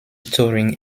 touring